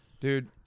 dude